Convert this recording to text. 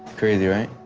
crazy right?